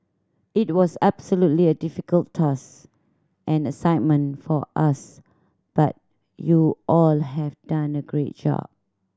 it was absolutely a difficult task and assignment for us but you all have done a great job